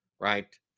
right